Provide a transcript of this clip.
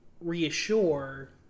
reassure